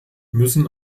müssen